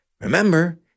Remember